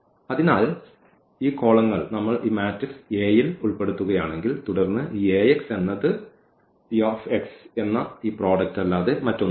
അതിനാൽ ഈ കോളങ്ങൾ നമ്മൾ ഈ മാട്രിക്സ് A യിൽ ഉൾപ്പെടുത്തുകയാണെങ്കിൽ തുടർന്ന് ഈ Ax എന്നത് Tx എന്ന ഈ പ്രോഡക്റ്റ് അല്ലാതെ മറ്റൊന്നുമല്ല